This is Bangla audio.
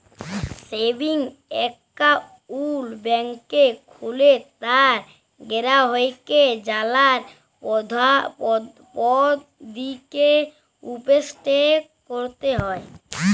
সেভিংস এক্কাউল্ট ব্যাংকে খুললে তার গেরাহককে জালার পদধতিকে উপদেসট ক্যরতে হ্যয়